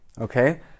okay